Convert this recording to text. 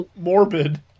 morbid